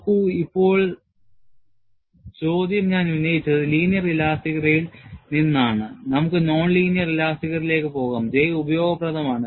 നോക്കൂ ഇപ്പോൾ ചോദ്യം ഞാൻ ഉന്നയിച്ചത് ലീനിയർ ഇലാസ്തികതയിൽ നിന്ന് ആണ് നമുക്ക് നോൺ ലീനിയർ ഇലാസ്തികതയിലേക്ക് പോകാം J ഉപയോഗപ്രദമാണ്